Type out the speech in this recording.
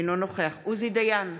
אינו נוכח עוזי דיין,